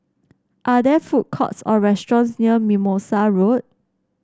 are there food courts or restaurants near Mimosa Road